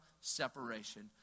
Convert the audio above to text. separation